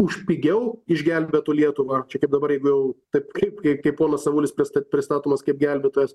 už pigiau išgelbėtų lietuvą čia kaip dabar jeigu jau taip kaip kaip ponas avulis pristat pristatomas kaip gelbėtojas